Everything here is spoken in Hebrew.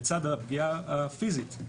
לצד הפגיעה הפיזית.